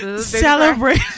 celebrate